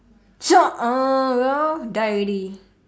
chop ah ya die already